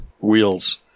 wheels